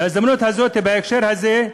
בהזדמנות הזאת, בהקשר הזה,